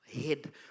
head